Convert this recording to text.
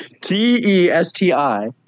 T-E-S-T-I